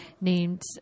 named